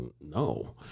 No